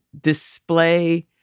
display